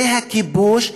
זה הכיבוש,